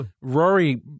Rory